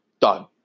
Done